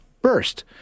burst